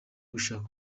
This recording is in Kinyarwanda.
gushaka